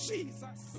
Jesus